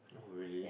oh really